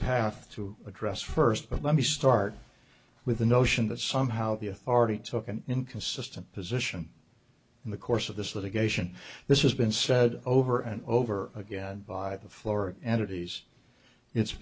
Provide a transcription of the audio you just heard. path to address first of let me start with the notion that somehow the authority took an inconsistent position in the course of this litigation this has been said over and over again by the floor and it is it's